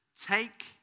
Take